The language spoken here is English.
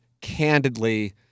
candidly